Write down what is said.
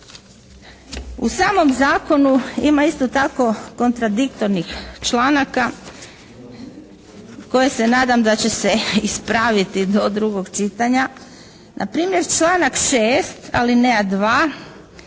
U samom Zakonu ima isto tako kontradiktornih članaka koje se nadam da će se ispraviti do drugog čitanja. Npr., članak 6. alineja 2.